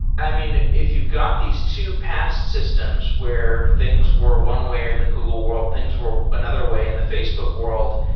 i mean, if you've got these two past systems where things were one way in the google world, things were another way in the facebook world.